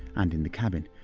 and in the cabin.